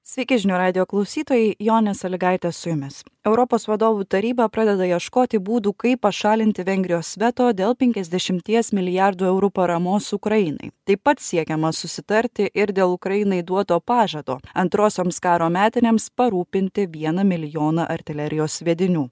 sveiki žinių radijo klausytojai jonė saligaitė su jumis europos vadovų taryba pradeda ieškoti būdų kaip pašalinti vengrijos veto dėl penkiasdešimties milijardų eurų paramos ukrainai taip pat siekiama susitarti ir dėl ukrainai duoto pažado antrosioms karo metinėms parūpinti vieną milijoną artilerijos sviedinių